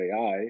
AI